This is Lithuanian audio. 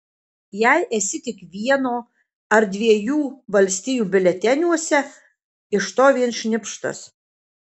jei esi tik vieno ar dviejų valstijų biuleteniuose iš to vien šnipštas